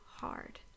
hard